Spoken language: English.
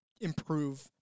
improve